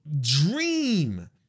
dream